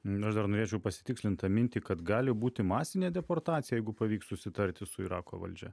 na aš dar norėčiau pasitikslinti mintį kad gali būti masinė deportacija jeigu pavyks susitarti su irako valdžia